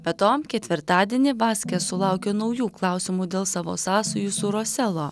be to ketvirtadienį vaske sulaukė naujų klausimų dėl savo sąsajų su roselo